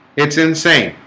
it's insane